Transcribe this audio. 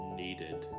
needed